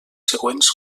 següents